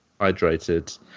Hydrated